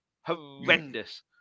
horrendous